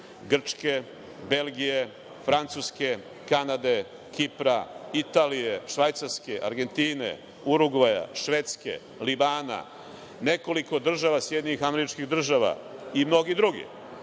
Grčke, Belgije, Francuske, Kanade, Kipra, Italije, Švajcarske, Argentine, Urugvaja, Švedske, Libana, nekoliko država SAD i mnogi drugi.